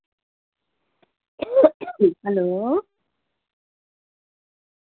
hello